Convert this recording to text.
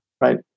right